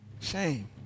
Shame